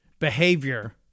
behavior